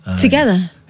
Together